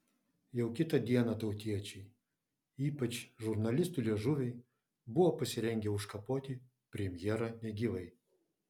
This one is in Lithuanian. jau kitą dieną tautiečiai o ypač žurnalistų liežuviai buvo pasirengę užkapoti premjerą negyvai